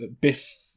Biff